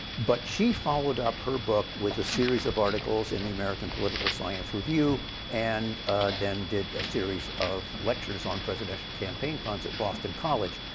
but she followed up her book with a series of articles in the american political science review and then did a series of lectures on presidential campaign finance at boston college.